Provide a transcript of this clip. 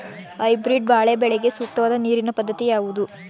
Hybrid ಬಾಳೆ ಬೆಳೆಗೆ ಸೂಕ್ತವಾದ ನೀರಿನ ಪದ್ಧತಿ ಯಾವುದು?